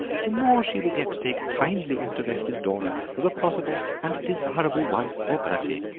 the more she will get to take a kindly interest in dora as a possible and desirable wife for bertie.